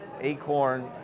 Acorn